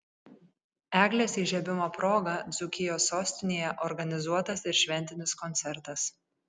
eglės įžiebimo proga dzūkijos sostinėje organizuotas ir šventinis koncertas